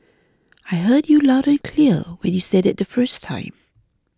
I heard you loud and clear when you said it the first time